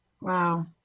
Wow